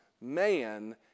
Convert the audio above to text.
man